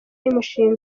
y’umushinga